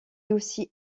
aussi